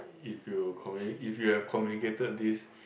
if you commu~ if you have communicated this